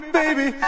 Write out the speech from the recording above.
baby